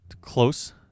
close